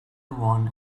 one